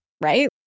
right